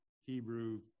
Hebrew